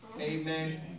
amen